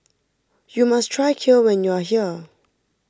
you must try Kheer when you are here